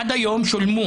עד היום שולמו